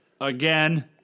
again